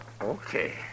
Okay